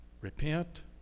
repent